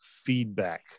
feedback